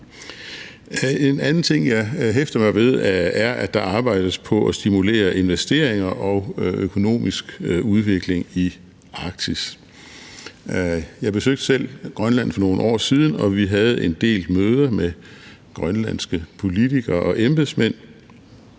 En anden ting, jeg hæfter mig ved, er, at der arbejdes på at stimulere investeringer og økonomisk udvikling i Arktis. Jeg besøgte selv Grønland for nogle år siden, og vi havde en del møder med grønlandske politikere og embedsmænd.